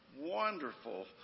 wonderful